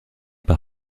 par